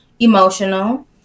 Emotional